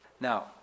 Now